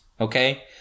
okay